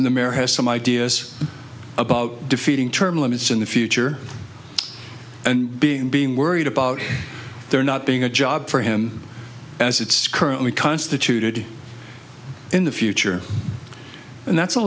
mayor has some ideas about defeating term limits in the future and being being worried about there not being a job for him as it's currently constituted in the future and that's a